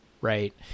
Right